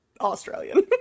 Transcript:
Australian